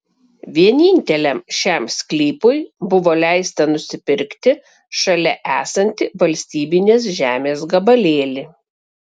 vieninteliam šiam sklypui buvo leista nusipirkti šalia esantį valstybinės žemės gabalėlį